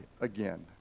again